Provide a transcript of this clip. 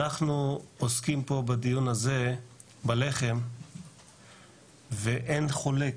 אנחנו עוסקים פה בדיון הזה בלחם ואין חולק,